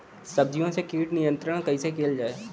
सब्जियों से कीट नियंत्रण कइसे कियल जा?